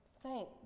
thank